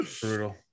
Brutal